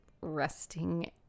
resting